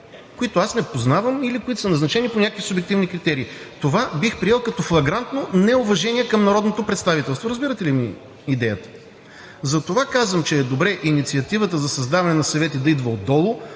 които аз не познавам или които са назначени по някакви субективни критерии. Това бих приел като флагрантно неуважение към народното представителство. Разбирате ли ми идеята? Затова казвам, че е добре инициативата за създаване на съвети да идва отдолу